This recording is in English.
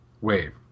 wave